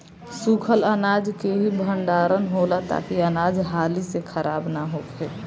सूखल अनाज के ही भण्डारण होला ताकि अनाज हाली से खराब न होखे